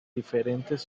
diferentes